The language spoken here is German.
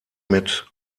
mit